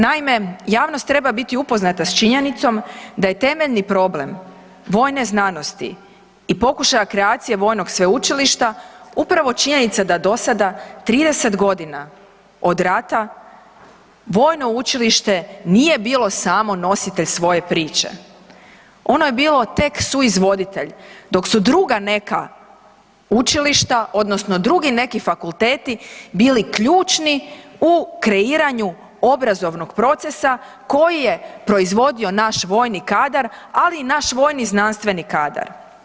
Naime, javnost treba biti upoznata s činjenicom da je temeljni problem vojne znanosti i pokušaja kreacije vojnog sveučilišta upravo činjenica da do sada 30 godina od rata vojno učilište nije bilo samo nositelj svoje priče, ono je bilo tek suizvoditelj dok su druga neka učilišta odnosno drugi neki fakulteti bili ključni u kreiranju obrazovnog procesa koji je proizvodio naš vojni kadar, ali i naš vojni znanstveni kadar.